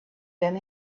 than